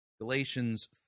Galatians